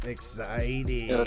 Exciting